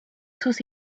sus